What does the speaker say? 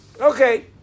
Okay